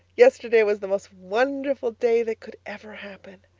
yesterday was the most wonderful day that could ever happen.